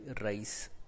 rice